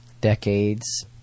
decades